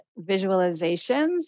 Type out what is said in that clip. visualizations